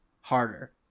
harder